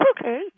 okay